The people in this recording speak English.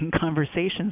conversations